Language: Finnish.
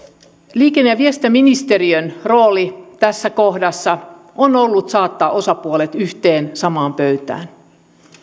liikenne ja viestintäministeriön rooli tässä kohdassa on ollut saattaa osapuolet yhteen samaan pöytään